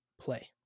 play